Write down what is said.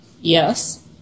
Yes